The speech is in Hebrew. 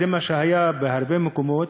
זה מה שהיה בהרבה מקומות,